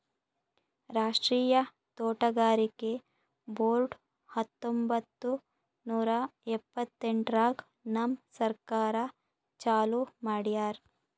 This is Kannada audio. ರಾಷ್ಟ್ರೀಯ ತೋಟಗಾರಿಕೆ ಬೋರ್ಡ್ ಹತ್ತೊಂಬತ್ತು ನೂರಾ ಎಂಭತ್ತೆಂಟರಾಗ್ ನಮ್ ಸರ್ಕಾರ ಚಾಲೂ ಮಾಡ್ಯಾರ್